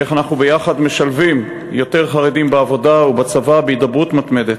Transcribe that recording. איך אנחנו יחד משלבים יותר חרדים בעבודה ובצבא בהידברות מתמדת.